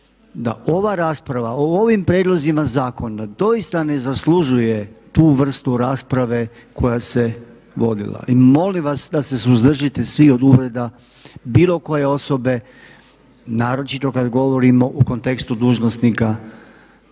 da ova rasprava o ovim prijedlozima zakona doista ne zaslužuje tu vrstu rasprave koja se vodila. Molim vas da se suzdržite svi od uvreda bilo koje osobe, naročito kad govorimo u kontekstu dužnosnika